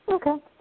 Okay